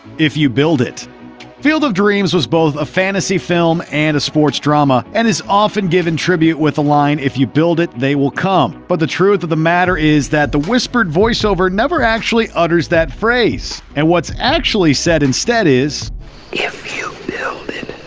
if you build it field of dreams was both a fantasy film and a sports drama and is often given tribute with the line if you build it, they will come. but the truth of the matter is that the whispered voice over never actually utters that phrase, and what's actually said instead is if you build it,